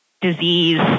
disease